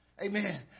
amen